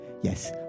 Yes